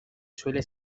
suele